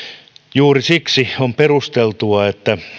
juuri siksi on perusteltua että